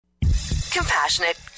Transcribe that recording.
Compassionate